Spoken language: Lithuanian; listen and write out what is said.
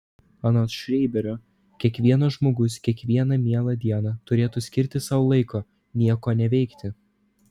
anot šreiberio kiekvienas žmogus kiekvieną mielą dieną turėtų skirti sau laiko nieko neveikti